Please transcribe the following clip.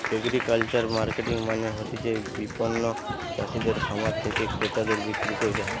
agricultural marketing মানে হতিছে বিপণন চাষিদের খামার থেকে ক্রেতাদের বিক্রি কইরা